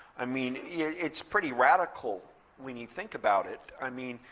i mean, it's pretty radical when you think about it. i mean,